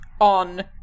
on